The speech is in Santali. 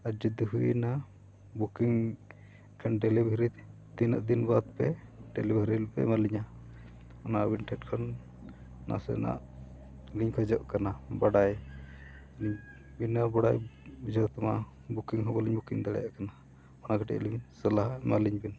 ᱟᱨ ᱡᱩᱫᱤ ᱦᱩᱭᱮᱱᱟ ᱠᱷᱟᱱ ᱛᱤᱱᱟᱹᱜ ᱫᱤᱱ ᱵᱟᱫᱽ ᱯᱮ ᱯᱮ ᱮᱢᱟ ᱞᱤᱧᱟ ᱚᱱᱟ ᱟᱵᱤᱱ ᱴᱷᱮᱱ ᱠᱷᱚᱱ ᱱᱟᱥᱮᱱᱟᱜ ᱞᱤᱧ ᱠᱷᱚᱡᱚᱜ ᱠᱟᱱᱟ ᱵᱟᱰᱟᱭ ᱵᱤᱱᱟᱹ ᱵᱟᱰᱟᱭ ᱵᱩᱡᱷᱟᱹᱣ ᱛᱮᱢᱟ ᱦᱚᱸ ᱵᱟᱞᱤᱧ ᱫᱟᱲᱮᱭᱟᱜ ᱠᱟᱱᱟ ᱚᱱᱟ ᱠᱟᱹᱴᱤᱡ ᱞᱤᱧ ᱥᱟᱞᱟᱦᱟ ᱮᱢᱟ ᱞᱤᱧ ᱵᱤᱱ